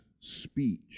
speech